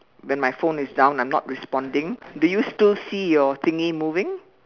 then my phone is down I'm not responding do you still see your thingy moving